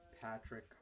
Patrick